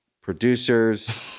producers